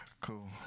Cool